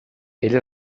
ell